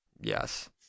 Yes